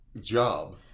job